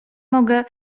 mogę